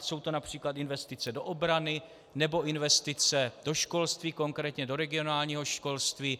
Jsou to např. investice do obrany nebo investice do školství, konkrétně do regionálního školství.